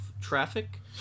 traffic